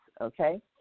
okay